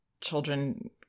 Children